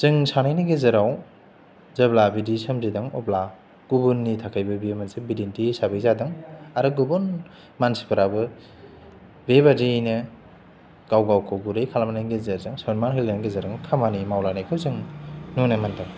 जों सानैनि गेजेराव जेब्ला बिदि सोमजिदों अब्ला गुबुननि थाखायबो बेयो मोनसे बिदिन्थि हिसाबै जादों आरो गुबुन मानसिफोराबो बे बायदियैनो गाव गावखौ गुरै खालामनायनि गेजेरजों सनमान होलायनायनि गेजेरजों खामानि मावलायनायखौ जों नुन मोनदों